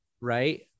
right